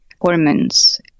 hormones